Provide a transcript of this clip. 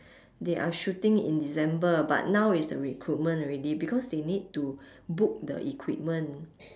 they are shooting in december but now it's the recruitment already because they need to book the equipment